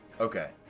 Okay